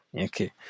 Okay